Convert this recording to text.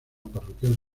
parroquial